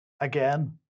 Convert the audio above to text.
Again